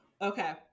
Okay